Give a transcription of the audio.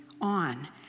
on